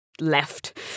left